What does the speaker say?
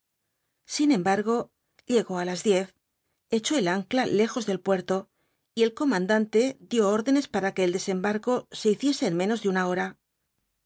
sin embargo llegó á las diez echó el ancla lejos del puerto y el comandante dio órdenes para que el desembarco se hiciese en menos de una hora